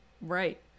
Right